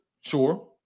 sure